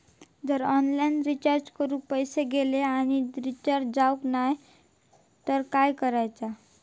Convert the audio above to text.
जर online recharge करून पैसे गेले आणि रिचार्ज जावक नाय तर काय करूचा?